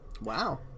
Wow